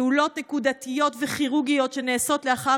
פעולות נקודתיות וכירורגיות שנעשות לאחר